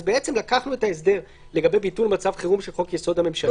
אז בעצם לקחנו את ההסדר לגבי ביטול מצב חירום של חוק יסוד: הממשלה.